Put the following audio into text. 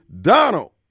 Donald